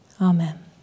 Amen